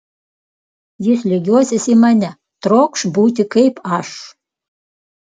jis lygiuosis į mane trokš būti kaip aš